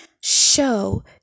show